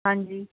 ਹਾਂਜੀ